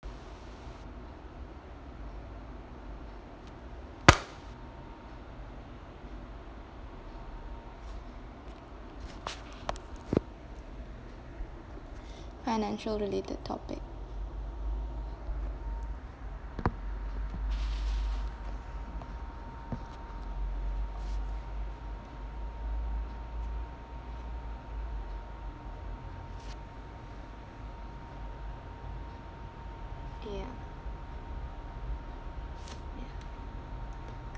financial related topic ya ya